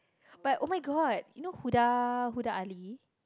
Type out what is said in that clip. but oh-my-god you know Huda Huda-Ali